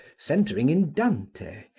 centering in dante,